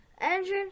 Engine